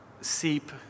seep